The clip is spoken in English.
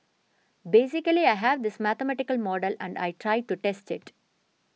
basically I have this mathematical model and I tried to test it